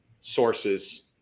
sources